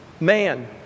man